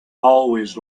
always